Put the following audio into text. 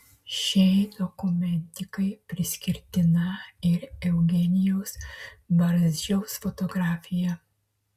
šiai dokumentikai priskirtina ir eugenijaus barzdžiaus fotografija